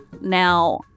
Now